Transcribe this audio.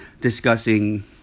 discussing